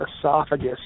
esophagus